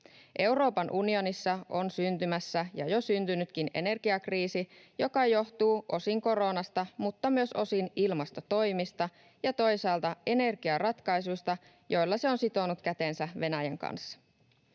Euroopan unionissa on syntymässä ja jo syntynytkin energiakriisi, joka johtuu osin koronasta, mutta myös osin ilmastotoimista ja toisaalta energiaratkaisuista, joilla se on sitonut kätensä Venäjän kanssa.